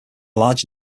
large